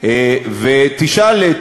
ותשאל את